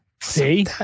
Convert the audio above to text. See